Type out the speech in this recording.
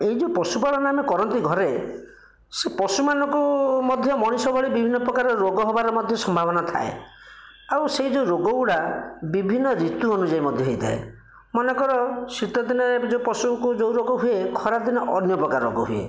ଏହି ଯେଉଁ ପଶୁପାଳନ ଆମେ କରନ୍ତି ଘରେ ସେ ପଶୁମାନଙ୍କୁ ମଧ୍ୟ ମଣିଷ ଭଳି ବିଭିନ୍ନ ପ୍ରକାର ରୋଗ ହେବାର ମଧ୍ୟ ସମ୍ଭାବନା ଥାଏ ଆଉ ସେହି ଯେଉଁ ରୋଗ ଗୁଡ଼ାକ ବିଭିନ୍ନ ଋତୁ ଅନୁଯାୟୀ ମଧ୍ୟ ହୋଇଥାଏ ମନେକର ଶୀତଦିନେ ଯେଉଁ ପଶୁଙ୍କୁ ଯେଉଁ ରୋଗ ହୁଏ ଖରାଦିନେ ଅନ୍ୟ ପ୍ରକାର ରୋଗ ହୁଏ